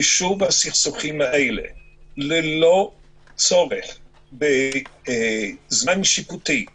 יישוב הסכסוכים האלה ללא צורך בזמן שיפוטי,